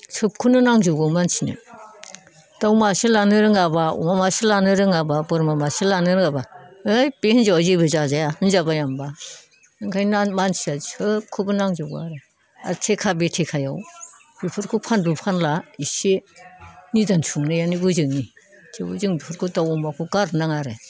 सोबखौनो नांजोबगौ मानसिनो दाउ मासे लानो रोङाब्ला अमा मासे लानो रोङाब्ला बोरमा मासे लानो रोङाब्ला ओइथ बे हिनजावा जेबो जाजाया होनजाबाया होमब्ला ओंखायनो मानसिया सोबखौनो नांजोबगौ आरो थेखा बेथेखायाव बेफोरखौ फानलु फानला एसे निदान सुंनायानो बोजोंनि थेवबो जों बिफोरखौ दाउ अमाखौ गारनो नाङा आरो